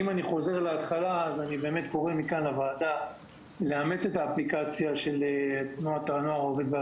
אני קורא מכאן לוועדה לאמץ את האפליקציה של תנועת הנוער והעובד.